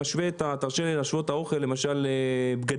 תרשה לי להשוות את האוכל למשל לבגדים.